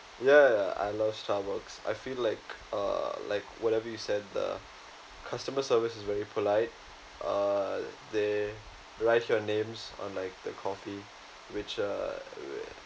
ya I love starbucks I feel like uh like whatever you said the customer service is very polite uh they write your names on the coffee which uh